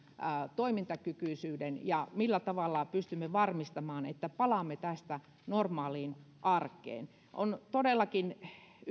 toimintakykyisyyden ja millä tavalla pystymme varmistamaan että palaamme tästä normaaliin arkeen on todellakin